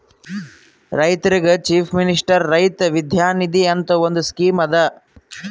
ರೈತರಿಗ್ chief minister Raitha Vidya Nidhi ಅಂತ್ ಒಂದ್ ಸ್ಕೀಮ್ ಅದಾ